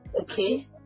okay